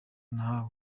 nahawe